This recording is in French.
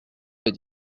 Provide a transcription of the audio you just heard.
veut